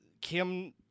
Kim